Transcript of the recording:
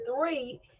three